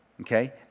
okay